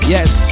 Yes